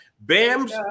Bam's